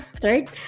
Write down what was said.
third